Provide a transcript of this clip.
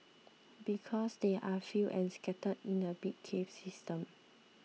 because they are few and scattered in a big cave system